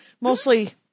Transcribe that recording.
mostly